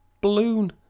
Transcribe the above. balloon